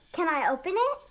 can i open it?